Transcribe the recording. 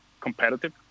competitive